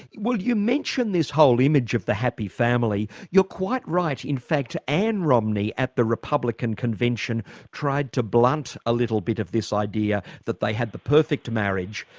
well you mention this whole image of the happy family. you're quite right in fact ann romney at the republican convention tried to blunt a little bit of this idea that they had the perfect marriage.